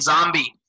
Zombie